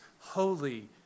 holy